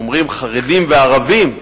אומרים: חרדים וערבים,